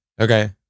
Okay